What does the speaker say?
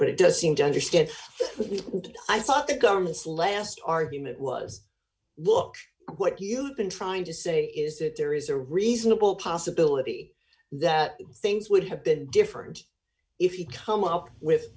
but it does seem to understand and i thought the government's last argument was look what you've been trying to say is that there is a reasonable possibility that things would have been different if you come up with